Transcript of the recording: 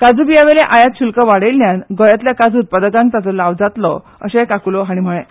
काजू बियावेलें आयात शुल्क वाडयिल्ल्यान गोंयांतल्या काजू उत्पादकांक ताचो लाव जातलो अशें काकूलो हांणी सांगलें